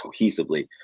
cohesively